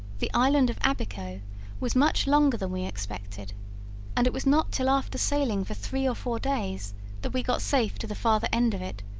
the island of abbico was much longer than we expected and it was not till after sailing for three or four days that we got safe to the farther end of it,